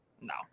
no